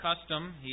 custom